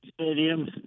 Stadium